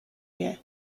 year